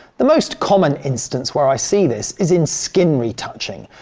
the most common instance where i see this is in skin retouching,